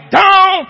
down